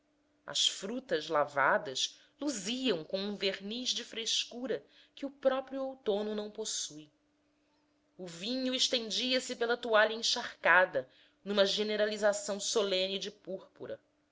as frutas lavadas luziam com um verniz de frescura que o próprio outono não possui o vinho estendia-se pela toalha encharcada numa generalização solene de púrpura